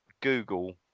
Google